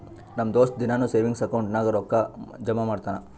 ನಮ್ ದೋಸ್ತ ದಿನಾನೂ ಸೇವಿಂಗ್ಸ್ ಅಕೌಂಟ್ ನಾಗ್ ರೊಕ್ಕಾ ಜಮಾ ಮಾಡ್ತಾನ